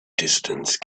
distance